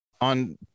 on